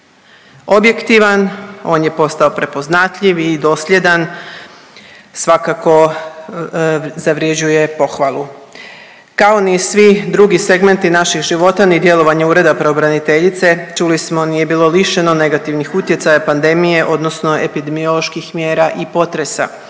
objektivan, on je postao prepoznatljiv i dosljedan. Svakako zavrjeđuje pohvalu. Kao ni svi drugi segmenti naših života, ni djelovanje Ureda pravobraniteljice, čuli smo nije bilo lišeno negativnih utjecaja pandemije odnosno epidemioloških mjera i potresa.